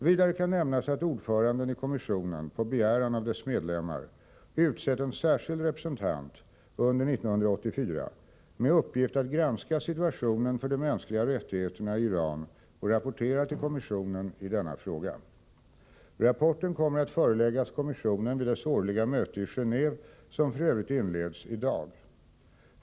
Vidare kan nämnas att ordföranden i kommissionen, på begäran av dess medlemmar, utsett en särskild representant under 1984 med uppgift att granska situationen för de mänskliga rättigheterna i Iran och rapportera till kommissionen i denna fråga. Rapporten kommer att föreläggas kommissionen vid dess årliga möte i Geheve som f. ö. inleds i dag.